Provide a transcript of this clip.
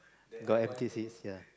got ya